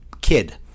kid